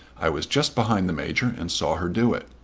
i was just behind the major, and saw her do it.